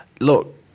Look